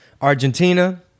Argentina